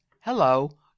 hello